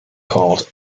called